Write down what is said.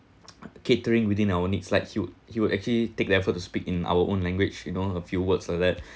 catering within our needs like he'd he would actually take the effort to speak in our own language you know a few words or that